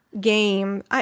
game